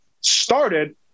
started